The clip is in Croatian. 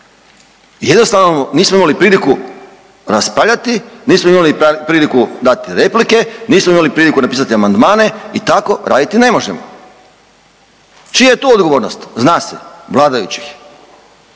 Jednostavno nismo imali priliku raspravljati, nismo imali priliku dati replike, nismo imali priliku napisati amandmane i tako raditi ne možemo. Čija je tu odgovornost? Zna se, vladajućih.